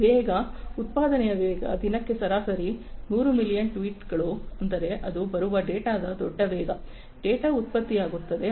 ವೇಗ ಉತ್ಪಾದನೆಯ ವೇಗ ದಿನಕ್ಕೆ ಸರಾಸರಿ 100 ಮಿಲಿಯನ್ ಟ್ವೀಟ್ಗಳು ಅಂದರೆ ಅದು ಬರುವ ಡೇಟಾದ ದೊಡ್ಡ ವೇಗ ಡೇಟಾ ಉತ್ಪತ್ತಿಯಾಗುತ್ತದೆ